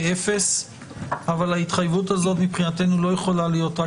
אפס אבל ההתחייבות הזאת מבחינתנו לא יכולה להיות רק